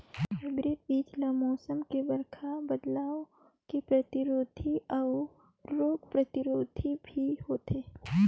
hybrid बीज ल मौसम में बड़खा बदलाव के प्रतिरोधी अऊ रोग प्रतिरोधी भी होथे